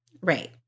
Right